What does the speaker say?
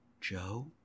Joe